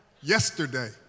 yesterday